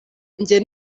njye